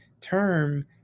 term